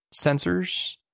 sensors